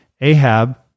Ahab